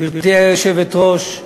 גברתי היושבת-ראש,